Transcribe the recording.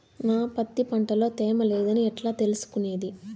నా పత్తి పంట లో తేమ లేదని ఎట్లా తెలుసుకునేది?